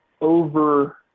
over